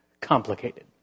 complicated